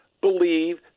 believe